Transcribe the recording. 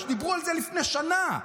דיברו על זה לפני שנה.